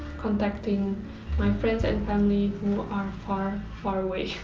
contacting my friends and family who are far far away.